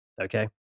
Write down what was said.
Okay